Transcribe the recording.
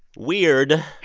weird.